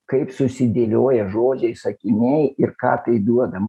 kaip susidėlioja žodžiai sakiniai ir ką tai duodam